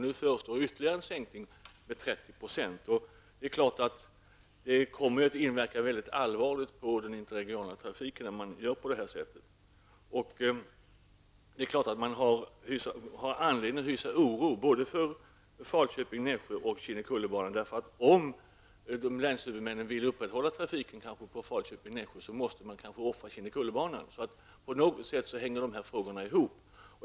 Nu föreslås ytterligare en säkning med 30 %. Det kommer naturligtvis att inverka allvarligt på den interregionala trafiken när man gör på detta sätt. Man har anledning att hysa oro både för banan banan Falköping--Nässjö, måste man kanske offra Kinnekullebanan. Dessa frågor hänger ihop.